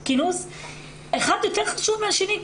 אחד יותר חשוב מהשני.